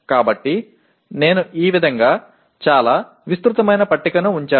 కాబట్టి నేను ఈ విధంగా చాలా విస్తృతమైన పట్టికను ఉంచాను